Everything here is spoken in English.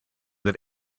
that